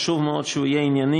חשוב מאוד שיהיה ענייני,